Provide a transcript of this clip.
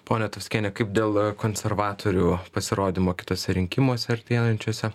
ponia tvaskiene kaip dėl konservatorių pasirodymo kituose rinkimuose artėjančiuose